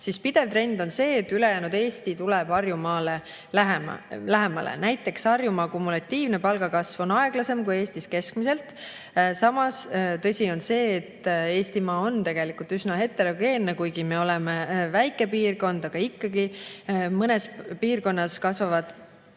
siis pidev trend on see, et ülejäänud Eesti tuleb Harjumaale lähemale. Näiteks on Harjumaa kumulatiivne palgakasv aeglasem kui Eestis keskmiselt. Samas, tõsi on see, et Eestimaa on tegelikult üsna heterogeenne, kuigi me oleme väike piirkond, aga ikkagi mõnes piirkonnas kasvavad